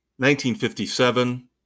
1957